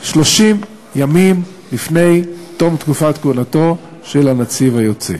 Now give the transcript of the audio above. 30 ימים לפני תום תקופת כהונתו של הנציב היוצא.